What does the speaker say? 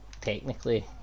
technically